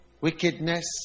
Wickedness